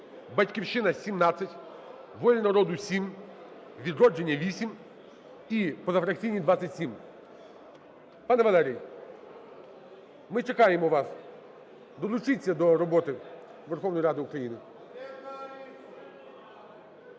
"Батьківщина" – 17, "Воля народу" – 7, "Відродження" – 8 і позафракційні – 27. Пане Валерій, ми чекаємо вас, долучіться до роботи Верховної Ради України.